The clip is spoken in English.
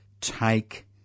take